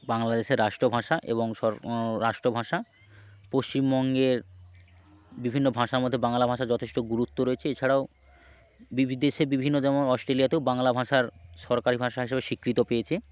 বাংলাদেশের রাষ্ট্র ভাষা এবং সর রাষ্ট্রভাষা পশ্চিমবঙ্গের বিভিন্ন ভাষার মধ্যে বাংলা ভাষার যথেষ্ট গুরুত্ব রয়েছে এছাড়াও বিদেশে বিভিন্ন যেমন অস্ট্রেলিয়াতেও বাংলা ভাষার সরকারি ভাষা হিসেবে স্বীকৃত পেয়েছে